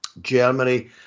Germany